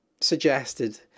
suggested